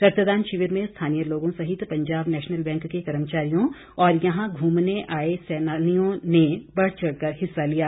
रक्तदान शिविर में स्थानीय लोगों सहित पंजाब नेशनल बैंक के कर्मचारियों और यहां घुमने आए सैलानियों ने बढ़ चढ़ कर हिस्सा लिया